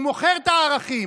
הוא מוכר את הערכים,